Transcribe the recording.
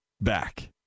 back